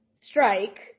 strike